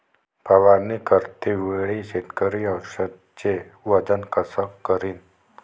फवारणी करते वेळी शेतकरी औषधचे वजन कस करीन?